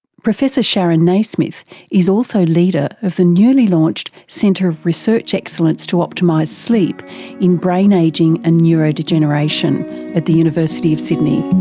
professor sharon naismith is also leader of the newly launched centre of research excellence to optimise sleep in brain ageing and neurodegeneration at the university of sydney.